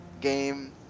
game